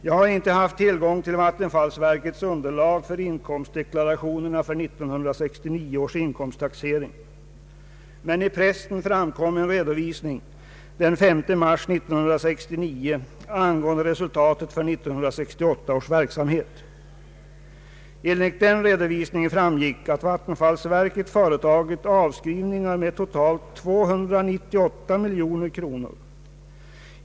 Jag har icke haft tillgång till vattenfallsverkets underlag för inkomstdeklarationerna för 1969 års inkomsttaxering, men i pressen framkom en redovisning den 5 mars 1969 angående resultatet för 1968 års verksamhet. Enligt den redovisningen framgick att vattenfallsverket företagit avskrivningar med totalt 298 miljoner kronor.